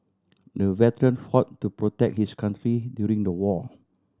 the veteran fought to protect his country during the war